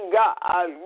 god